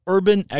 Urban